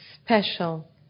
special